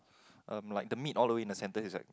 um like the meat all the way in the centre is like